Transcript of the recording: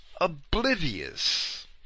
oblivious